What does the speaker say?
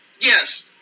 yes